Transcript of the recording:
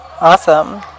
awesome